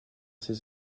ses